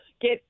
get